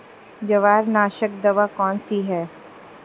जवार नाशक दवा कौन सी है?